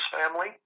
family